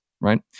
right